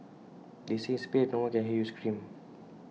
they say in space no one can hear you scream